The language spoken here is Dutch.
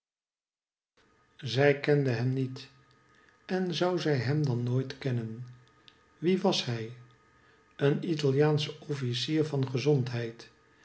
zij kende hem niet en zou zij hem dan nooit kennen wie was hij een italiaansche ofncier van gezondheid